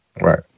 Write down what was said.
Right